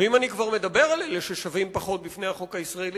ואם אני כבר מדבר על אלה ששווים פחות בפני החוק הישראלי,